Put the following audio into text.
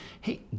hey